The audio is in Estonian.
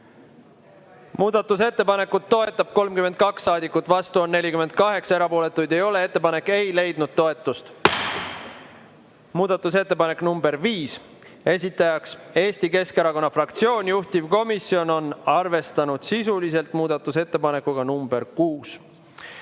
Muudatusettepanekut toetab 32 saadikut, vastu oli 48, erapooletuid ei ole. Ettepanek ei leidnud toetust. Muudatusettepanek nr 5, esitajaks Eesti Keskerakonna fraktsioon, juhtivkomisjon on arvestanud sisuliselt [koos] muudatusettepanekuga nr 6.